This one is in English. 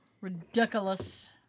Ridiculous